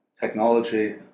technology